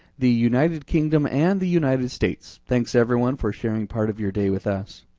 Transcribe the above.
the united kingdom, and the united states, thanks everyone for sharing part of your day with us.